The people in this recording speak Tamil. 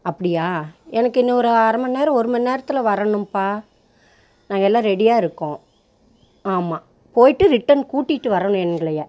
அப்படியா எனக்கு இன்றும் ஒரு அரை மணி நேரம் ஒரு மணி நேரத்தில் வரணும்பா நாங்கள் எல்லாம் ரெடியா இருக்கோம் ஆமாம் போயிட்டு ரிட்டர்ன் கூட்டிகிட்டு வரணும் எங்களையே